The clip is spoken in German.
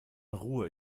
ruhe